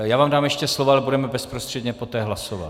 Já vám dám ještě slovo, ale budeme bezprostředně poté hlasovat.